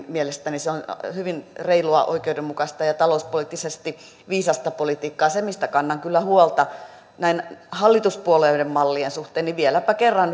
mielestäni se on hyvin reilua oikeudenmukaista ja talouspoliittisesti viisasta politiikkaa se mistä kannan kyllä huolta näin hallituspuolueiden mallien suhteen vieläpä kerran